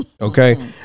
Okay